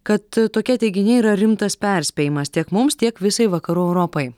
kad tokie teiginiai yra rimtas perspėjimas tiek mums tiek visai vakarų europai